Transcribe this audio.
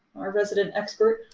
our resident expert.